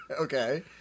Okay